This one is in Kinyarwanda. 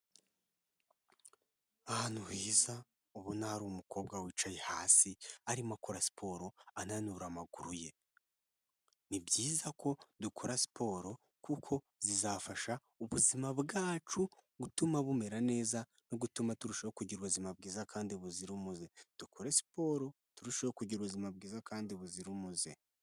Ahantu heza ubona hari umukobwa wicaye hasi arimo akora siporo ananura amaguru ye, ni byiza ko dukora siporo kuko zizafasha ubuzima bwacu gutuma bumera neza no gutuma turushaho kugira ubuzima bwiza kandi buzira umuze, dukore siporo turusheho kugira ubuzima bwiza kandi buzira umuze.